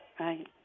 Right